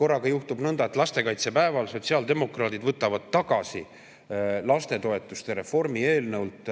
Korraga juhtub nõnda, et lastekaitsepäeval sotsiaaldemokraadid võtavad tagasi lastetoetuste reformi eelnõult